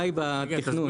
רק בתכנון.